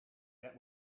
get